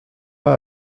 pas